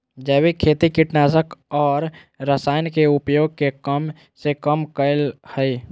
जैविक खेती कीटनाशक और रसायन के उपयोग के कम से कम करय हइ